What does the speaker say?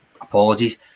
apologies